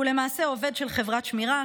שהוא למעשה עובד של חברת שמירה,